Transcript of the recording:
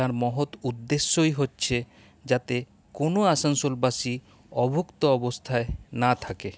তার মহৎ উদ্দেশ্যই হচ্ছে যাতে কোনো আসানসোলবাসী অভুক্ত অবস্থায় না থাকে